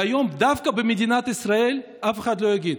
והיום, דווקא במדינת ישראל, אף אחד לא יגיד.